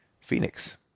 Phoenix